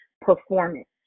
performance